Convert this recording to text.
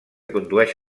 condueix